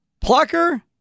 Plucker